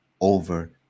over